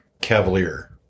Cavalier